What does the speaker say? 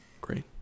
great